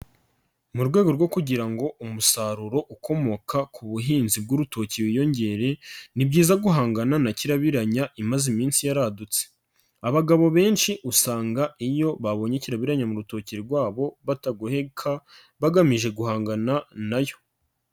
Mu rwego rwo kugira ngo umusaruro ukomoka ku buhinzi bw'urutoki wiyongere, ni byiza guhangana na kirabiranya imaze iminsi yaradutse, abagabo benshi usanga iyo babonye kirabiranya mu rutoki rwabo batagoheka, bagamije guhangana na yo.